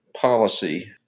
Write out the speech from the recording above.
policy